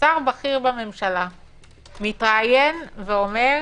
שר בכיר בממשלה מתראיין ואומר: